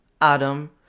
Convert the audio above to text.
Adam